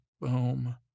boom